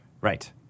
right